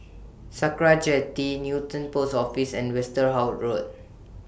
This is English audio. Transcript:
Sakra Jetty Newton Post Office and Westerhout Road